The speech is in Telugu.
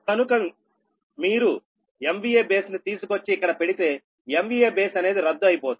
కనుక మీరు MVA బేస్ ను తీసుకొచ్చి ఇక్కడ పెడితే MVA బేస్ అనేది రద్దు అయిపోతుంది